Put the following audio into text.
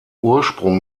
ursprung